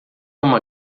uma